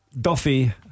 Duffy